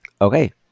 Okay